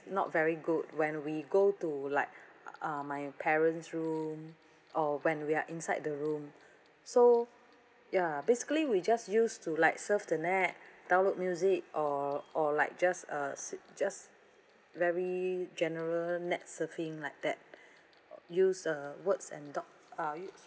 not very good when we go to like uh my parents' room or when we are inside the room so ya basically we just use to like surf the net download music or or like just uh s~ just very general net surfing like that use uh words and doc ah use